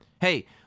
Hey